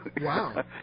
Wow